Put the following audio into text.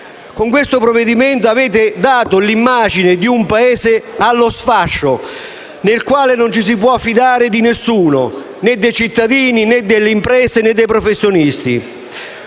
Con questo provvedimento avete dato l'immagine di un Paese allo sfascio, nel quale non ci si può fidare di nessuno, né dei cittadini, né delle imprese, né dei professionisti.